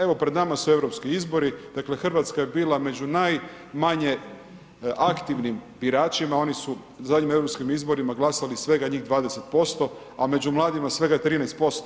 Evo, pred nama su europski izbori, dakle Hrvatska je bila među najmanje aktivnim biračima, oni su na zadnjim europskim izborima glasali svega njih 20% a među mladima svega 13%